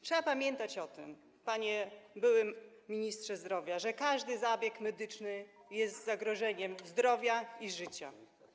Trzeba pamiętać o tym, panie były ministrze zdrowia, że każdy zabieg medyczny jest zagrożeniem zdrowia i życia.